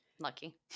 Lucky